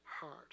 heart